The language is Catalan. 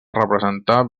representar